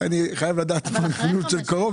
האמת שמבחינתי הפנייה של משרד התקשורת צריכה להיות עוד פה,